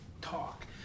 talk